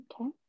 Okay